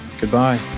Goodbye